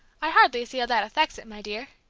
i hardly see how that affects it, my dear!